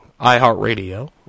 iHeartRadio